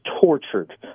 tortured